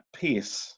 peace